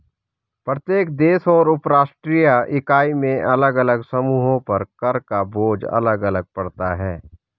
प्रत्येक देश और उपराष्ट्रीय इकाई में अलग अलग समूहों पर कर का बोझ अलग अलग पड़ता है